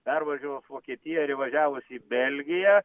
pervažiavus vokietiją ir įvažiavus į belgiją